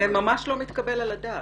זה ממש לא מתקבל על הדעת.